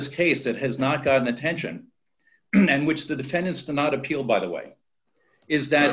this case that has not gotten attention and which to defend is to not appeal by the way is that